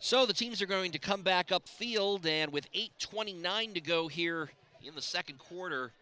so the teams are going to come back up field and with eight twenty nine to go here in the second quarter